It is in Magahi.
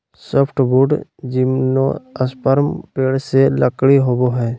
सॉफ्टवुड जिम्नोस्पर्म पेड़ से लकड़ी होबो हइ